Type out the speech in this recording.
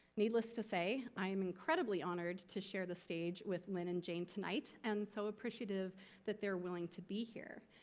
needless to say i am incredibly honored to share the stage with lynn and jane tonight and so appreciative that they're willing to be here.